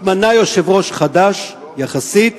התמנה יושב-ראש חדש יחסית,